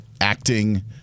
acting